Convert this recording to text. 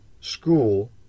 school